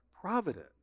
providence